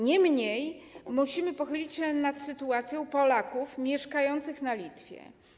Niemniej musimy pochylić się nad sytuacją Polaków mieszkających na Litwie.